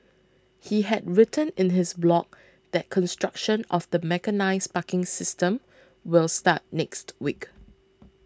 he had written in his blog that construction of the mechanised parking system will start next week